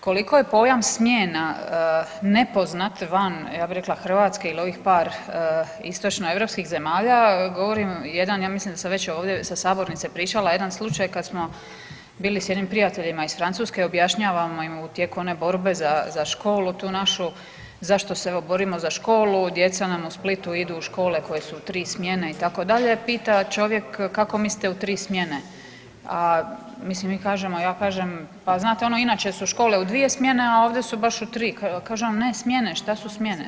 Koliko je pojam smjena nepoznat van ja bih rekla Hrvatske ili ovih par istočnoeuropskih zemalja govori jedan, ja mislim da sam već ovdje sa sabornice pričala jedan slučaj kad smo bili s jednim prijateljima iz Francuske, objašnjavamo im u tijeku one borbe za školu tu našu, zašto se evo borimo za školu, djeca nam u Splitu idu u škole koje su u 3 smjene itd., pita čovjek kako mislite u 3 smjene, a mislim mi kažemo, ja kažem pa znate inače su škole u 2 smjene, a ovdje su baš u 3. Kaže on, ne smjene, šta su smjene.